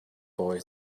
boy